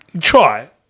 try